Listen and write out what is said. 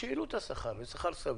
כשהעלו את השכר לשכר סביר,